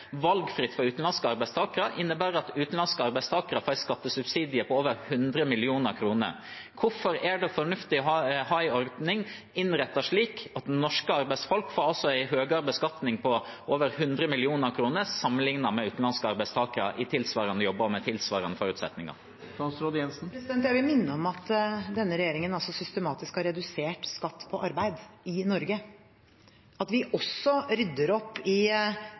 valgfritt for utenlandske arbeidstakere – innebærer at utenlandske arbeidstakere får en skattesubsidie på over 100 mill. kr. Hvorfor er det fornuftig å ha en ordning innrettet slik at norske arbeidsfolk får en høyere beskatning – på over 100 mill. kr – sammenlignet med utenlandske arbeidstakere i tilsvarende jobber og med tilsvarende forutsetninger? Jeg vil minne om at denne regjeringen systematisk har redusert skatt på arbeid i Norge. At vi også rydder opp i